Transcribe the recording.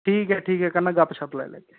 ठीक ऐ ठीक ऐ कन्नै गपशप लाई लैगे